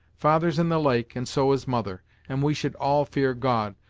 father's in the lake, and so is mother, and we should all fear god,